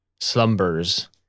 slumbers